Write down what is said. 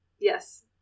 Yes